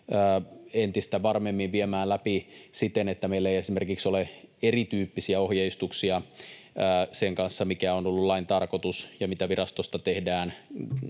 entistä varmemmin viemään läpi sitä, että meillä ei esimerkiksi ole erityyppisiä ohjeistuksia sen kanssa, mikä on ollut lain tarkoitus ja mitä virastosta tehdään,